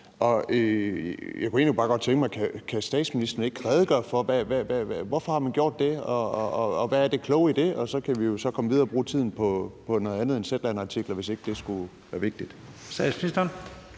Jeg kunne egentlig bare godt tænke mig at høre: Kan statsministeren ikke redegøre for, hvorfor man har gjort det, og hvad det kloge er i det? Så kan vi jo så komme videre og bruge tiden på noget andet end Zetland-artikler, hvis ikke det skulle være vigtigt.